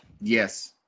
Yes